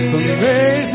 Amazing